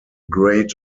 great